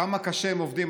כמה קשה הם עובדים.